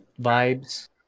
vibes